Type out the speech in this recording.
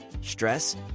stress